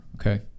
okay